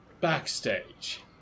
backstage